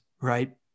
right